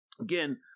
Again